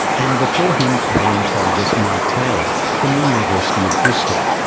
and before him palaeontologist mike taylor from the university of bristol.